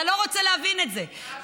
אתה לא רוצה להבין את זה,